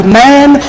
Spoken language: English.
man